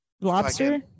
lobster